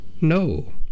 no